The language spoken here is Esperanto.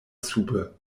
sube